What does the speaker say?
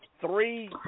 Three